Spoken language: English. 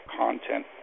content